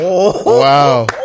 Wow